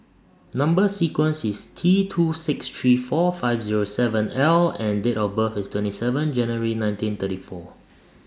Number sequence IS T two six three four five Zero seven L and Date of birth IS twenty seven January nineteen thirty four